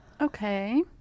Okay